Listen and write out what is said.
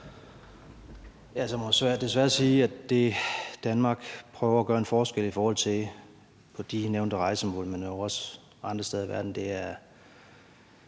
jeg må desværre sige, at det, Danmark prøver at gøre en forskel i forhold til på de nævnte rejsemål, men jo også andre steder i verden,